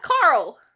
Carl